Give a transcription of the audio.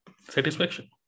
satisfaction